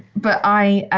but i,